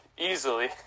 Easily